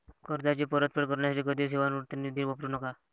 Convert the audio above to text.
कर्जाची परतफेड करण्यासाठी कधीही सेवानिवृत्ती निधी वापरू नका